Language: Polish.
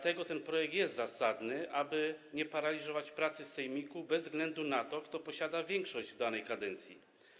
Ten projekt jest zasadny, aby nie doszło do paraliżowania pracy sejmiku bez względu na to, kto posiada większość w danej kadencji.